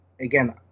again